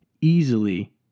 easily